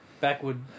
backward